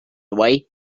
away